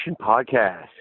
podcast